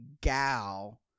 gal